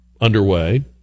underway